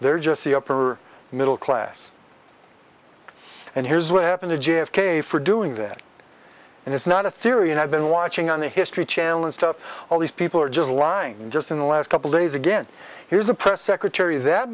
they're just the upper middle class and here's what happened to j f k for doing that and it's not a theory and i've been watching on the history channel and stuff all these people are just lying just in the last couple days again here's a press secretary that